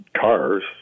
cars